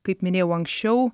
kaip minėjau anksčiau